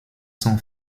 sont